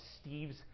Steve's